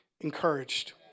encouraged